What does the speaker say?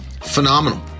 Phenomenal